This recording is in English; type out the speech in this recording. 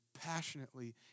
passionately